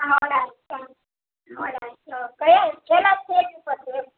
કયા છેલા સ્ટેજ પર છે